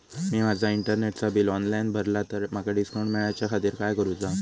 मी माजा इंटरनेटचा bill online भरला तर माका डिस्काउंट मिलाच्या खातीर काय करुचा?